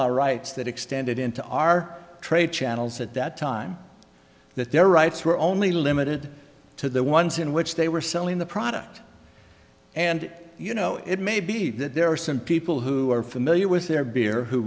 law rights that extended into our trade channels at that time that their rights were only limited to the ones in which they were selling the product and you know it may be that there are some people who are familiar with their beer who